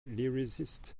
lyricist